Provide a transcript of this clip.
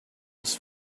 his